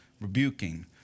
rebuking